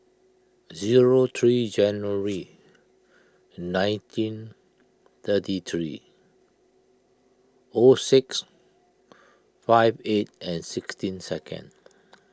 zero three January nineteen thirty three O six five eight and sixteen second